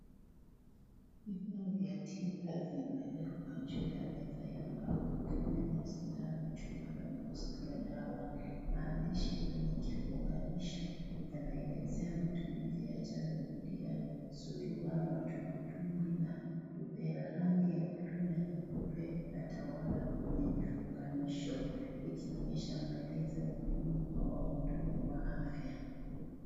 Vifaa vya tiba vimewekwa juu ya meza ya mbao vikiwemo sindano, chupa na box ya dawa. Maandishi kwenye kifunganisho yanaelezea matumizi ya chanjo dhidi ya surua, matumbutumbu na rubella. Rangi ya bluu na nyeupe inatawala kwenye vifunganisho ikionyesha maelezo muhimu kwa wahudumu wa afya.